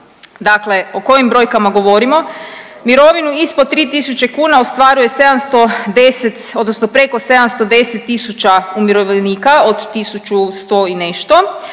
Dakle, o koji brojkama govorimo? Mirovinu ispod 3.000 kuna ostvaruje 710 odnosno preko 710 tisuća umirovljenika od 1.100 i nešto